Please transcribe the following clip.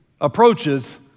approaches